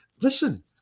Listen